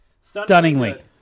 Stunningly